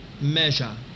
measure